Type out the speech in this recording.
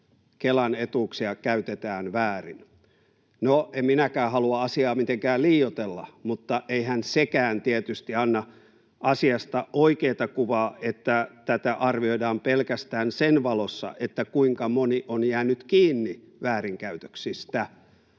Kelan etuuksia käytetään väärin. No, en minäkään halua asiaa mitenkään liioitella, mutta eihän sekään tietysti anna asiasta oikeata kuvaa, että tätä arvioidaan pelkästään sen valossa, kuinka moni on jäänyt kiinni väärinkäytöksistä.